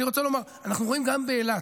אני רוצה לומר שאנחנו רואים גם באילת